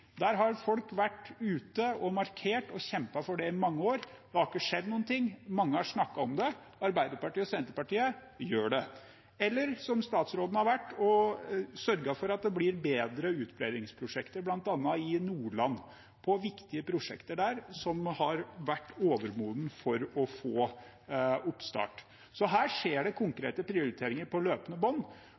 Folk har markert og kjempet for det i mange år, men det har ikke skjedd noen ting. Mange har snakket om det, Arbeiderpartiet og Senterpartiet gjør noe med det. Statsråden har også vært inne på at vi sørger for bedre ubedringsprosjekter, bl.a. i Nordland – viktige prosjekter der som har vært overmodne for å få oppstart. Så her skjer det konkrete prioriteringer på løpende bånd.